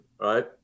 Right